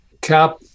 cap